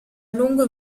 lungo